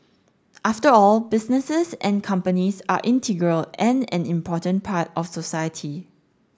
after all businesses and companies are integral and an important part of society